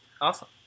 awesome